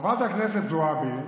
חברת הכנסת זועבי,